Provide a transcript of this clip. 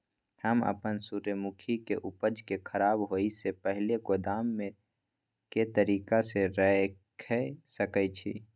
हम अपन सूर्यमुखी के उपज के खराब होयसे पहिले गोदाम में के तरीका से रयख सके छी?